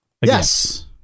Yes